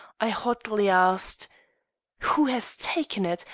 i hotly asked who has taken it?